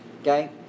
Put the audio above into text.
Okay